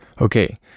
Okay